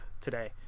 today